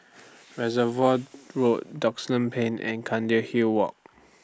Reservoir Road Duxton Plain and Hill Walk